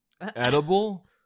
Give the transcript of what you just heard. edible